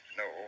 no